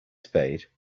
spade